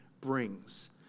brings